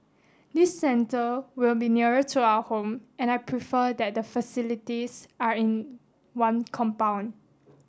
this centre will be nearer to our home and I prefer that the facilities are in one compound